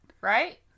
Right